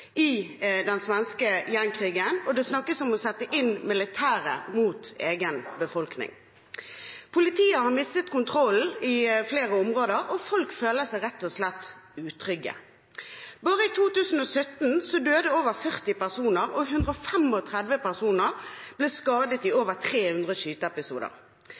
i den svenske gjengkrigen, og det snakkes om å sette inn militæret mot egen befolkning. Politiet har mistet kontrollen i flere områder, og folk føler seg rett og slett utrygge. Bare i 2017 døde over 40 personer, og 135 personer ble skadet i over 300 skyteepisoder.